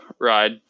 ride